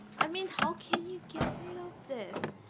i mean, how can you get rid of this?